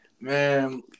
Man